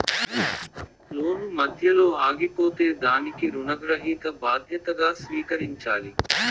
లోను మధ్యలో ఆగిపోతే దానికి రుణగ్రహీత బాధ్యతగా స్వీకరించాలి